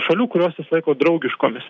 šalių kurios jis laiko draugiškomis